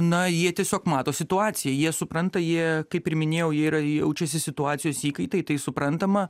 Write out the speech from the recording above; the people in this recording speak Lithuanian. na jie tiesiog mato situaciją jie supranta jie kaip ir minėjau jie yra jaučiasi situacijos įkaitai tai suprantama